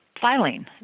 filing